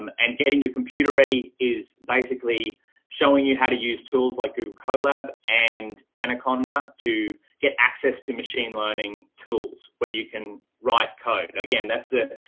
um and getting your computer ready is basically showing you how to use tools like google colab, and anaconda to get access to machine learning tools where you can write code again, that's the,